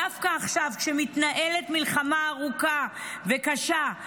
דווקא עכשיו כשמתנהלת מלחמה ארוכה וקשה,